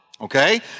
Okay